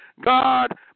God